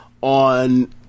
on